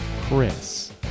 Chris